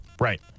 Right